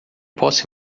posso